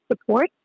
support